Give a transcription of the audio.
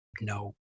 no